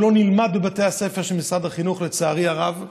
הוא לא נלמד בבתי הספר של משרד החינוך, לצערי הרב.